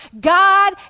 God